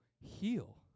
heal